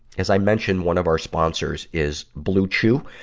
as i mention, one of our sponsors is bluechew.